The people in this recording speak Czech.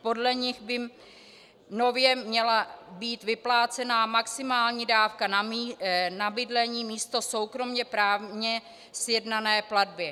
Podle nich by nově měla být vyplácena maximální dávka na bydlení místo soukromě právně sjednané platby.